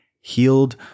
Healed